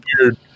weird